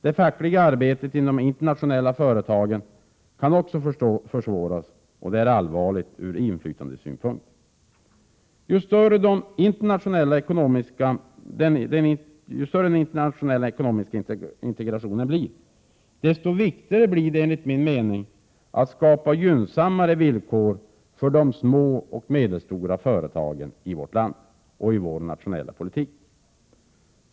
Det fackliga arbetet inom de internationella företagen kan också försvåras, och det är allvarligt ur inflytandesynpunkt. Ju större den internationella ekonomiska integrationen blir, desto viktigare blir det enligt min mening att skapa gynnsammare villkor för de små och medelstora företagen i vårt land och för vår nationella politik.